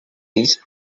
disk